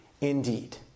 indeed